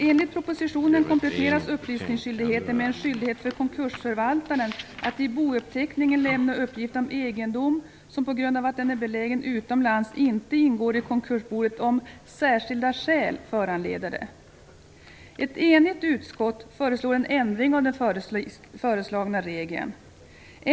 Enligt propositionen kompletteras upplysningsskyldigheten med en skyldighet för konkursförvaltaren att i bouppteckningen lämna uppgift om egendom som på grund av att den är belägen utomlands inte ingår i konkursboet om "särskilda skäl" föranleder det. Ett enigt utskott föreslår en ändring av den föreslagna regeln.